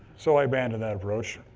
so i abandoned that approach